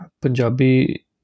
Punjabi